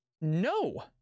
no